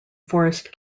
forest